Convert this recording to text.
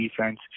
defense